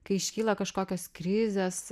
kai iškyla kažkokios krizės